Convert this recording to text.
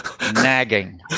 Nagging